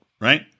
Right